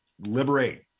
liberate